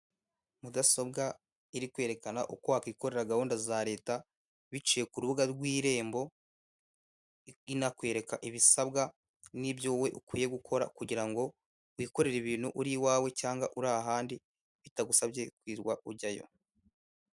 Mudasobwa iri kwerekana uko wakwikorera gahunda za leta biciye ku rubuga rw'irembo, inakwereka ibisabwa n'ibyo wowe ukwiye gukora kugira ngo wikorere ibintu uri iwawe cyangwa uri ahandi bitagusabye kwirirwa ujyayo.